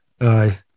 Aye